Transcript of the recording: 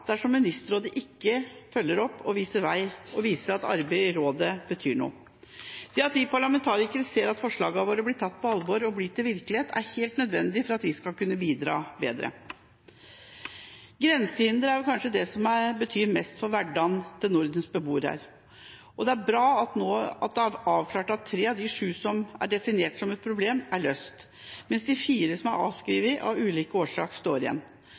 dersom Ministerrådet ikke følger opp og viser vei – og viser at arbeidet i rådet betyr noe. Det at vi parlamentarikere ser at forslagene våre blir tatt på alvor og blir til virkelighet, er helt nødvendig for at vi skal kunne bidra bedre. Grensehindre er kanskje det som betyr mest for hverdagen til Nordens beboere. Det er bra at tre av de sju som er definert som et problem, er avklart, mens fire – som av ulike årsaker er avskrevet – står igjen.